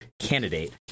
candidate